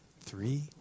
Three